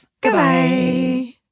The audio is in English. Goodbye